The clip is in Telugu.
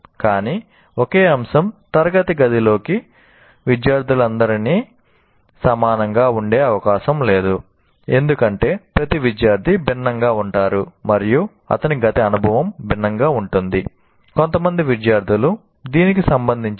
కానీ ఒకే అంశం తరగతి గదిలోని విద్యార్థులందరికీ సమానంగా ఉండే అవకాశం లేదు ఎందుకంటే ప్రతి విద్యార్థి భిన్నంగా ఉంటారు మరియు అతని గత అనుభవం భిన్నంగా ఉంటుంది కొంతమంది విద్యార్థులు దీనికి సంబంధించినది